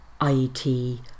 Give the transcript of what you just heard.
IET